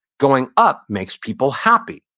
going up makes people happy.